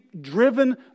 driven